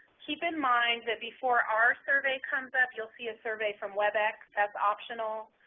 keep in mind that before our survey comes up you'll see a survey from webex that's optional.